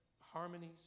harmonies